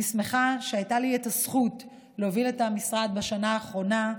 אני שמחה שהייתה לי הזכות להוביל את המשרד בשנה האחרונה,